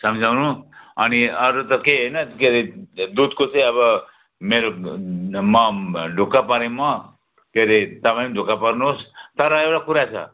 सम्झाउनु अनि अरू त केही हैन के अरे दुधको चाहिँ अब मेरो म ढुक्क परेँ म के अरे तपाईँ पनि ढुक्क पर्नुहोस् तर एउटा कुरा छ